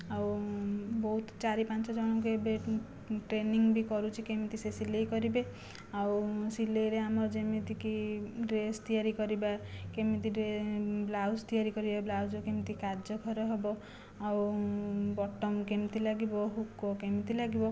ଆଉ ବହୁତ ଚାରି ପାଞ୍ଚଜଣଙ୍କୁ ଏବେ ଟ୍ରେନିଂ ବି କରୁଛି କେମିତି ସେ ସିଲାଇ କରିବେ ଆଉ ସିଲାଇରେ ଆମର ଯେମିତି କି ଡ୍ରେସ ତିଆରି କରିବା କେମିତି ବ୍ଳାଉଜ ତିଆରି କରିବା ବ୍ଳାଉଜର କେମିତି କାଜଘର ହବ ଆଉ ବଟନ କେମିତି ଲାଗିବ ହୁକ କେମିତି ଲାଗିବ